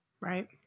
Right